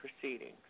proceedings